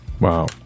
Wow